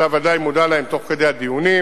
ואתה ודאי מודע להן, תוך כדי הדיונים: